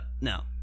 No